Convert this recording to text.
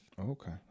Okay